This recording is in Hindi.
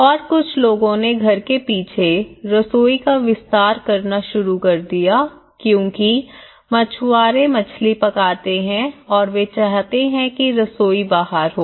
और कुछ लोगों ने घर के पीछे रसोई का विस्तार करना शुरू कर दिया क्योंकि मछुआरे मछली पकाते हैं और वे चाहते हैं कि रसोई बाहर हो